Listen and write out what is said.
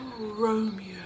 Romeo